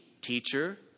teacher